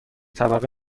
طبقه